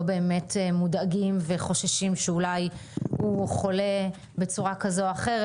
באמת מודאגים וחוששים שאולי הוא חולה בצורה כזו או אחרת.